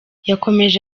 yakomeje